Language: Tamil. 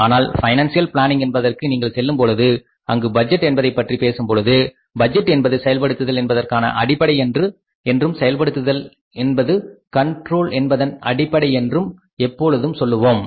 ஆனால் ஃபைனான்ஷியல் பிளானிங் என்பதற்கு நீங்கள் செல்லும் பொழுது அங்கு பட்ஜெட் என்பதை பற்றி பேசும் பொழுது பட்ஜெட் என்பது செயல்படுத்துதல் என்பதற்கான அடிப்படை என்றும் செயல்படுத்துதல் என்பது கண்ட்ரோல் என்பதன் அடிப்படை என்றும் எப்பொழுதும் சொல்லுவோம்